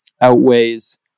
outweighs